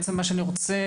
מה שאני רוצה,